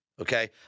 Okay